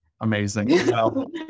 Amazing